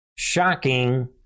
Shocking